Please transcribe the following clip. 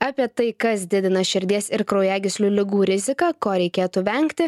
apie tai kas didina širdies ir kraujagyslių ligų riziką ko reikėtų vengti